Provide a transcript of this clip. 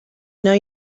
know